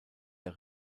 der